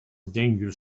dangerous